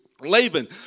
Laban